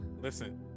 Listen